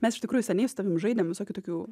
mes iš tikrųjų seniai su tavim žaidėm visokių tokių